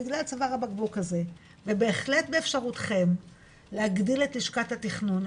בגלל צוואר הבקבוק הזה ובהחלט באפשרותכם להגדיל את לשכת התכנון,